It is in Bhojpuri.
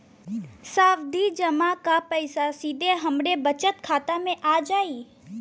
सावधि जमा क पैसा सीधे हमरे बचत खाता मे आ जाई?